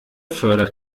fördert